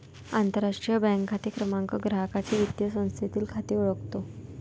आंतरराष्ट्रीय बँक खाते क्रमांक ग्राहकाचे वित्तीय संस्थेतील खाते ओळखतो